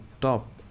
top